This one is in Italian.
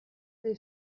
dei